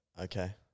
Okay